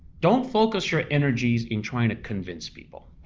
don't focus your energies in trying to convince people.